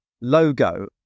logo